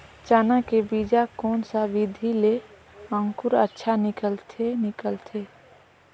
चाना के बीजा कोन सा विधि ले अंकुर अच्छा निकलथे निकलथे